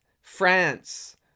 france